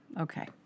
Okay